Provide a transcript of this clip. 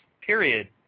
period